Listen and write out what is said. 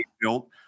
built